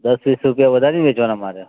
દસ વીસ રૂપિયા વધારી ને વેચવાના